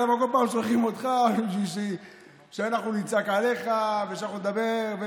למה כל פעם שולחים אותך בשביל שאנחנו נצעק עליך ושאנחנו נדבר.